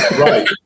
right